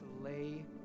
lay